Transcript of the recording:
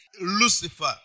Lucifer